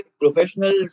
professional